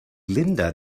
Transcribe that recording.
linda